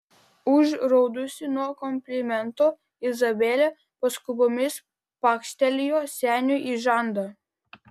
užraudusi nuo komplimento izabelė paskubomis pakštelėjo seniui į žandą